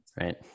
Right